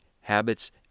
Habits